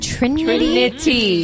Trinity